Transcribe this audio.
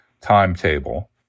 timetable